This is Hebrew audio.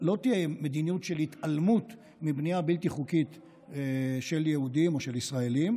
לא תהיה מדיניות של התעלמות מבנייה בלתי חוקית של יהודים או של ישראלים,